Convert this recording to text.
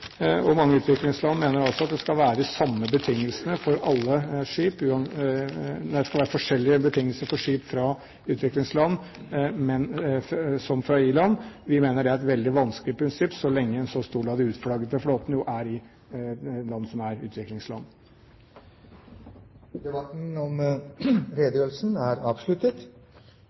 Mange utviklingsland mener altså at det skal være forskjellige betingelser for skip fra utviklingsland i forhold til fra i-land. Vi mener det er et veldig vanskelig prinsipp så lenge en så stor del av den utflaggede flåten jo er i land som er utviklingsland. Debatten i sak nr. 7 er dermed avsluttet.